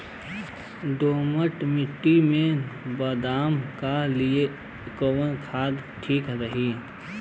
दोमट मिट्टी मे बादाम के लिए कवन खाद ठीक रही?